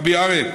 רבי אריה,